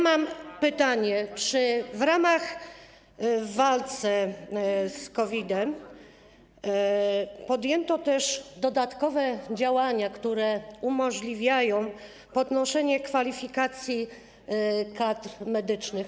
Mam pytanie: Czy w ramach walki z COVID-em podjęto też dodatkowe działania, które umożliwiają podnoszenie kwalifikacji kadr medycznych?